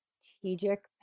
strategic